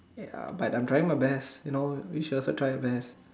ya but I'm trying my best you know you should also try your best